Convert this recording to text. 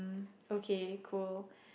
okay cool